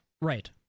Right